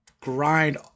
grind